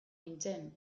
nintzen